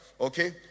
Okay